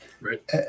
right